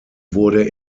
wurde